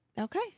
Okay